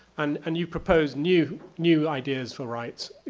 and and you've proposed new new ideas for rights.